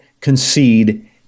concede